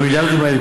המיליארדים האלה,